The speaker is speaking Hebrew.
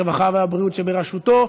הרווחה והבריאות שבראשותו.